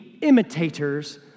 imitators